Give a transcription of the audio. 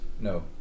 no